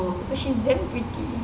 and she's damn pretty